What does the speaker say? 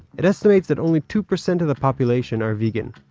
it estimates that only two percent of the population are vegan.